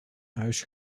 huis